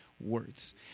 words